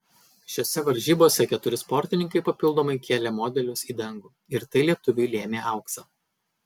šiose varžybose keturi sportininkai papildomai kėlė modelius į dangų ir tai lietuviui lėmė auksą